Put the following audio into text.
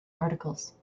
articles